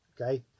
Okay